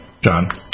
John